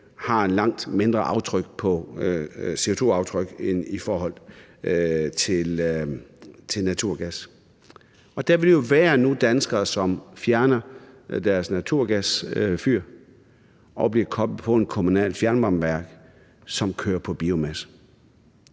har et langt mindre CO2-aftryk end naturgas. Og der vil jo nu være danskere, som fjerner deres naturgasfyr og bliver koblet på et kommunalt fjernvarmeværk, som kører på biomasse.